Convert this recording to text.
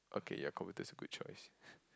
okay yeah computer is a good choice